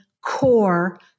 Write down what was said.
core